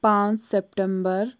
پانٛژھ سپٹمبر